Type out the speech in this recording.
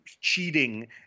cheating